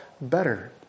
better